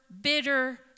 bitter